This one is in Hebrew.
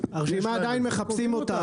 עדיין מחפשים את הרשימה.